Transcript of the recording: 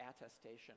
attestation